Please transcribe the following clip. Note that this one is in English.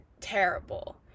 terrible